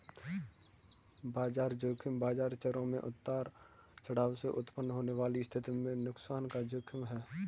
बाजार ज़ोखिम बाजार चरों में उतार चढ़ाव से उत्पन्न होने वाली स्थिति में नुकसान का जोखिम है